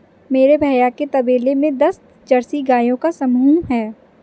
मेरे भैया के तबेले में दस जर्सी गायों का समूह हैं